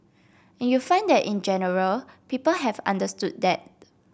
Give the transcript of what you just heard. and you find that in general people have understood that